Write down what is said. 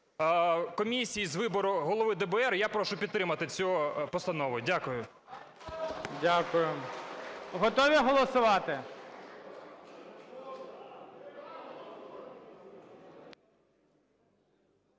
комісії з вибору голови ДБР, я прошу підтримати цю постанову. Дякую. ГОЛОВУЮЧИЙ. Дякую. Готові голосувати?